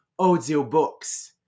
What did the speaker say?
audiobooks